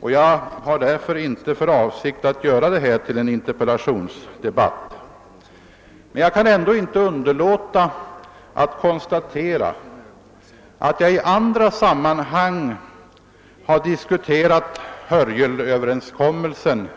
Jag har därför inte för avsikt att göra detta till en interpellationsdebatt, men jag kan ändå inte undgå att erinra om att jag i andra sammanhang har med herr Romanus diskuterat uttolkningen